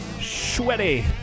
sweaty